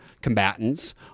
combatants